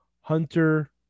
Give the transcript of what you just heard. hunter